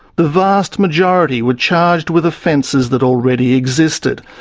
the vast majority were charged with offences that already existed,